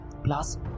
Plus